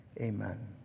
amen